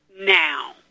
now